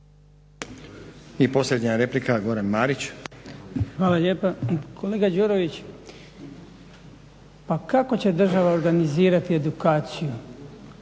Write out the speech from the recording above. I posljednja replika Goran Marić. **Marić, Goran (HDZ)** Hvala lijepa. Kolega Đurović, pa kako će država organizirati edukaciju